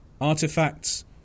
Artifacts